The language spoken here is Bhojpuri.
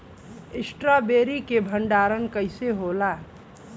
स्ट्रॉबेरी के भंडारन कइसे होला?